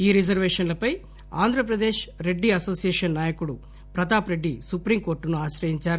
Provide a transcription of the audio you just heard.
ఈ రిజర్వేషన్లపై ఆంధ్రప్రదేశ్ రెడ్డి అనోసియేషన్ నాయకుడు ప్రతాప్ రెడ్డి సుప్రీంకోర్టును ఆశ్రయించారు